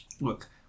look